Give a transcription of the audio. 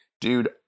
Dude